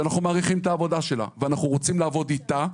שאנחנו מעריכים את העבודה שלה ואנחנו רוצים לעבוד איתה,